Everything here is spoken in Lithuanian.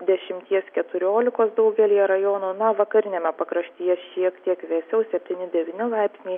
dešimties keturiolikos daugelyje rajonų na vakariniame pakraštyje šiek tiek vėsiau septyni devyni laipsniai